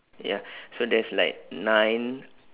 ya so there's like nine